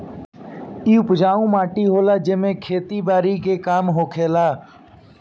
इ उपजाऊ माटी होला जेमे खेती बारी के काम होखेला